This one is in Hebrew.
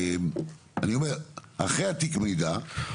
אני אומר, אחרי תיק המידע,